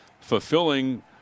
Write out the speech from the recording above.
fulfilling